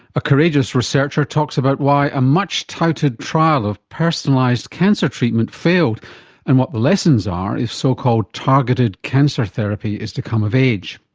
a courageous researcher talks about why a much touted trial of personalised cancer treatment failed and what the lessons are if so-called targeted cancer therapy is to come of age.